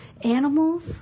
animals